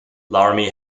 laramie